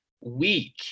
weak